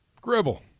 Gribble